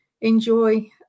enjoy